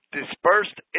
dispersed